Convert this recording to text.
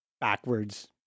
backwards